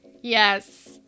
Yes